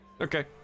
Okay